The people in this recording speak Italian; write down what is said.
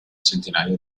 centinaia